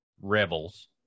rebels